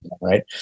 right